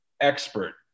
expert